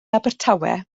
abertawe